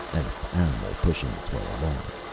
an animal pushing its way along.